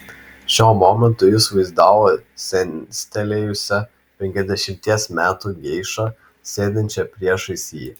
šiuo momentu jis vaizdavo senstelėjusią penkiasdešimties metų geišą sėdinčią priešais jį